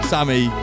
Sammy